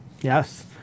Yes